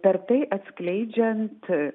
per tai atskleidžiant